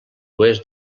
oest